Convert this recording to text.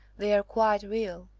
they are quite real.